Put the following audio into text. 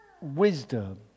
wisdom